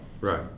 Right